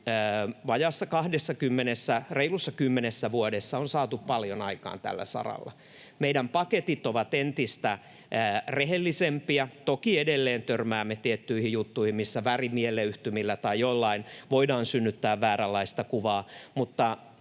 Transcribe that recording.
vajaassa 20:ssä, reilussa 10 vuodessa — on saatu paljon aikaan tällä saralla. Meidän paketit ovat entistä rehellisempiä. Toki edelleen törmäämme tiettyihin juttuihin, missä värimielleyhtymillä tai jollain voidaan synnyttää vääränlaista kuvaa,